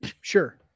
Sure